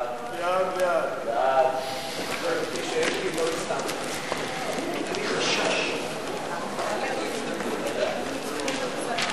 ההצעה להעביר את הצעת חוק התגמולים לנפגעי פעולות איבה (תיקון מס' 30)